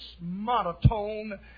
monotone